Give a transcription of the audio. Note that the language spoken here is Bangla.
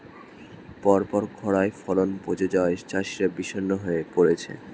পরপর খড়ায় ফলন পচে যাওয়ায় চাষিরা বিষণ্ণ হয়ে পরেছে